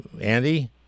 Andy